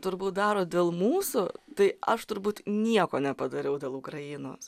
turbūt daro dėl mūsų tai aš turbūt nieko nepadariau dėl ukrainos